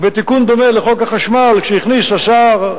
ובתיקון הדומה לחוק החשמל שהכניס השר,